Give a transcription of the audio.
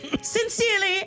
Sincerely